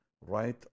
right